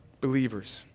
believers